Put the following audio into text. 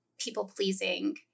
people-pleasing